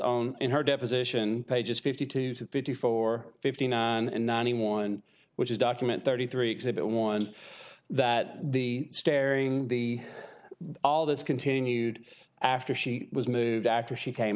testified in her deposition pages fifty two to fifty four fifty nine and ninety one which is document thirty three exhibit one that the staring the all this continued after she was moved after she came